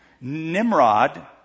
Nimrod